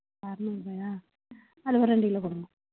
அறநூறுரூவாயா அதில் ஒரு ரெண்டு கிலோ கொடுங்க